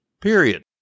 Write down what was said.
Period